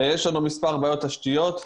יש לנו מספר בעיות תשתיות.